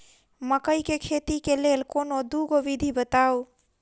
मकई केँ खेती केँ लेल कोनो दुगो विधि बताऊ?